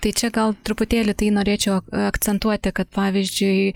čia gal truputėlį tai norėčiau akcentuoti kad pavyzdžiui